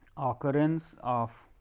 occurrence of